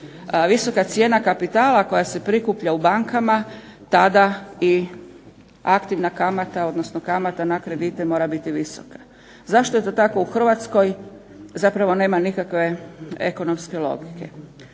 visoka cijena kapitala koja se prikuplja u bankama tada i aktivna kamata odnosno na kamata na kredite mora biti visoka. Zašto je to tako u Hrvatskoj, zapravo nema nikakve ekonomske logike.